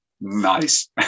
nice